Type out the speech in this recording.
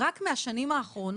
- רק מהשנים האחרונות.